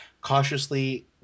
cautiously